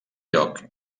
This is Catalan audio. lloc